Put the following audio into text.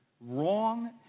wrong